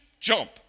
jump